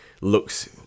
looks